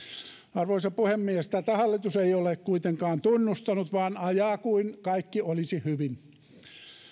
arvoisa puhemies tätä hallitus ei ole kuitenkaan tunnustanut vaan ajaa kuin kaikki olisi hyvin